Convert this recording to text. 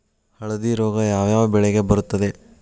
ಹಳದಿ ರೋಗ ಯಾವ ಯಾವ ಬೆಳೆಗೆ ಬರುತ್ತದೆ?